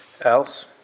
Else